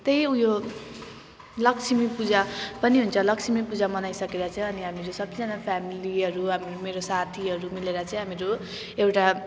त्यही उयो लक्ष्मीपूजा पनि हुन्छ लक्ष्मीपूजा मनाइसकेर चाहिँ अनि हामीहरू सबजना फ्यामिलीहरू अब मेरो साथीहरू मिलेर चाहिँ हामीहरू एउटा